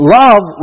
love